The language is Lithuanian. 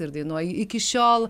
ir dainuoji iki šiol